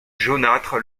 jaunâtre